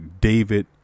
David